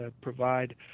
provide